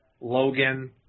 Logan